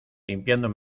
limpiando